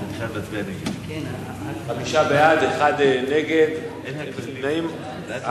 חמישה בעד, אחד נגד, אין נמנעים.